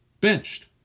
Benched